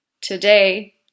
today